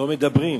לא מדברים.